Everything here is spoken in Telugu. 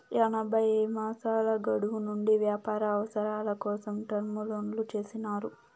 ఎనభై మాసాల గడువు నుండి వ్యాపార అవసరాల కోసం టర్మ్ లోన్లు చేసినారు